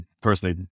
personally